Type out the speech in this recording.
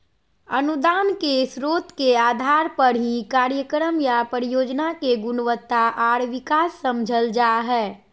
अनुदान के स्रोत के आधार पर ही कार्यक्रम या परियोजना के गुणवत्ता आर विकास समझल जा हय